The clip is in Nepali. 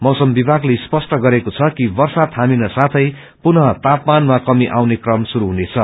मौसम विभाग्ते स्पष्ट गरेक्रो छ कि वर्षा थामिन साथै पुनः तापामानमा कती आउने क्रम श्रुरू हुनेछ